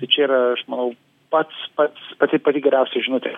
tai čia yra aš manau pats pats pati pati geriausiai žinote